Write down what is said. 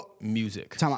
music